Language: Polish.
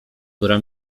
która